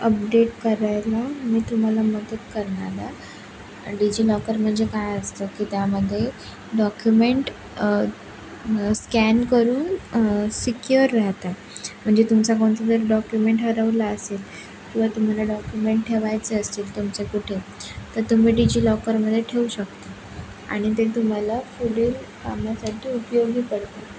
update करायला मी तुम्हाला मदत करणार आहे डिजिलॉकर म्हणजे काय असतं की त्यामध्ये डॉक्युमेंट स्कॅन करून सिक्युअर राहतात म्हणजे तुमचा कोणता तरी डॉक्युमेंट हरवला असेल किंवा तुम्हाला डॉक्युमेंट ठेवायचं असेल तुमचं कुठे तर तुम्ही डिजिलॉकरमध्ये ठेवू शकता आणि ते तुम्हाला पुढील कामासाठी उपयोगी पडतील